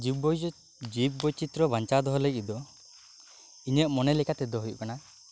ᱡᱤᱵ ᱵᱳᱭᱪᱤᱛᱨᱚ ᱵᱟᱧᱪᱟᱣ ᱫᱚᱦᱚᱭ ᱞᱟᱹᱜᱤᱫ ᱫᱚ ᱤᱧᱟᱹᱜ ᱢᱚᱱᱮ ᱞᱮᱠᱟᱛᱮᱫᱚ